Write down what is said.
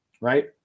right